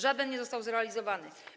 Żaden nie został zrealizowany.